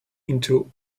into